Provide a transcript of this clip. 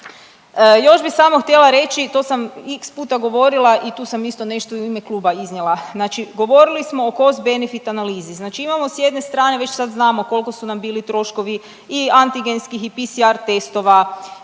Još bih samo htjela reći, to sam x puta govorila i tu sam isto nešto u ime kluba iznijela. Znači govorili smo o cost benefit analizi. Znači imamo sa jedne strane već sad znamo koliko su nam bili troškovi i antigenskih i PSR testova,